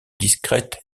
discrète